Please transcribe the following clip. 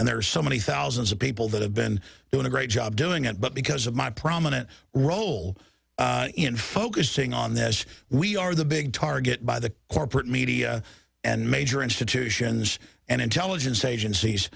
and there are so many thousands of people that have been doing a great job doing it but because of my prominent role in focusing on this as we are the big target by the corporate media and major institutions and intelligence agencies